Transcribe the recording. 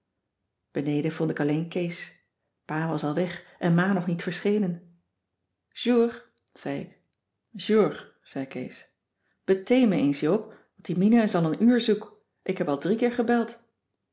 beneden vond ik alleen kees pa was al weg en ma nog niet verschenen jour zei ik jour zei kees bethee me eens joop want die mina is al een uur zoek ik heb al drie keer gebeld